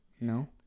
No